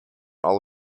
all